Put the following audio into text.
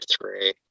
three